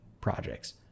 projects